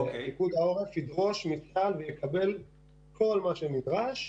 פיקוד העורף ידרוש מצה"ל ויקבל כל מה שנדרש,